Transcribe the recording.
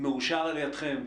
מאושר על ידכם,